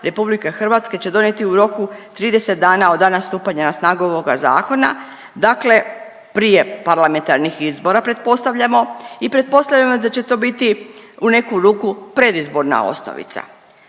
Vlada RH će donijeti u roku od 30 dana od dana stupanja na snagu ovoga zakona, dakle prije parlamentarnih izbora pretpostavljamo i pretpostavljamo da će to biti u neku ruku predizborna osnovica.